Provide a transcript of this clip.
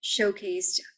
showcased